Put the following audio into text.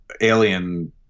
alien